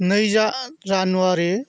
नै जानुवारि